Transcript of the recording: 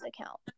account